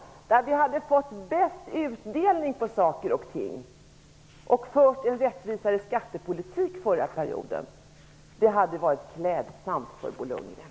Politiken skall föras så att man får den bästa utdelningen på saker och ting. Om det dessutom hade förts en rättvisare skattepolitik under den förra mandatperioden skulle det ha varit klädsamt för Bo Lundgren.